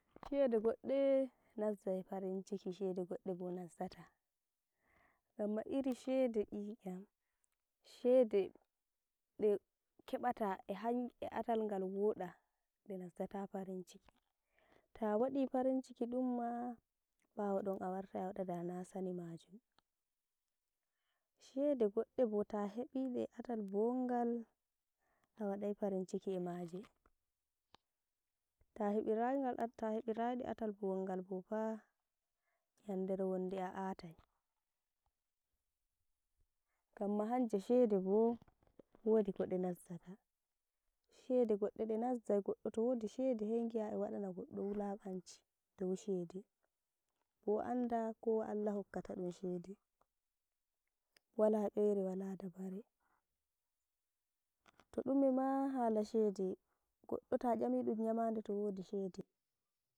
Shede goɗɗe nazzai farin ciki, shede goɗɗe bo nazzata, gamma iri shede 'yi'yam, shede ɗe keɓata e han- e atal ngal woɗa, de nazzata farin ciki. Ta waɗi farin ciki ɗom maa, bawo ɗon a wartai a waɗa dana sani majum, shede goɗɗe bo ta heɓide e atal bongal a waɗai farin ciki a maje ta hebirai ngal a- ta hebira de atal bongal bo faa yandere wonde a atai. Gamma hanje shede bo wodi ko de nazata, shede goɗɗe ɗe nazzai goɗɗo to wodi shede ni hei gi'a e waɗana goɗɗo wulakanci dow shede, bo anda kowa Allah hokkata dum shede wala nyoire, wala dabare, to ɗume maa hala shede goɗɗo ta nyami ɗum nyamade to wodi shede.